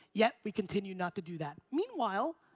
yet we continue not to do that. meanwhile,